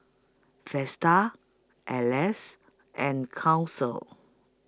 Vesta Elle's and Council